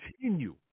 continue